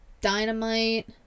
dynamite